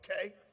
okay